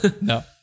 No